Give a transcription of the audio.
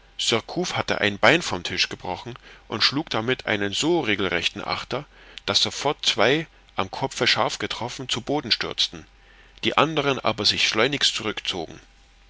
hatte ein bein vom tische gebrochen und schlug damit einen so regelrechten achter daß sofort zwei am kopfe scharf getroffen zu boden stürzten die anderen aber sich schleunigst zurückzogen